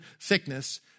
thickness